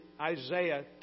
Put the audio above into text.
Isaiah